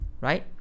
Right